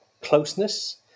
closeness